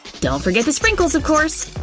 don't forget the sprinkles, of course.